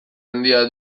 handia